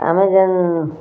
ଆମେ ଜାଣିନୁଁ